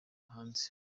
hanze